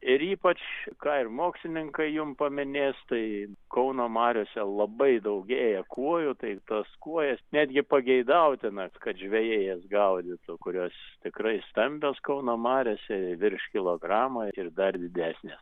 ir ypač ką ir mokslininkai jums paminės tai kauno mariose labai daugėja kuojų tai tas kojas netgi pageidautina kad žvejai jas gaudytų kurios tikrai stambios kauno mariose virš kilogramo ir dar didesnės